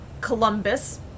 Columbus